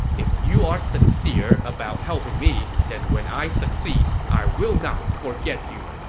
if you are sincere about helping me, then when i succeed, i will not forget you.